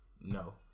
No